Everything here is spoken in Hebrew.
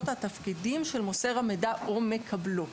והתפקידים של מוסר המידע או מקבלו.